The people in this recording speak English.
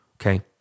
Okay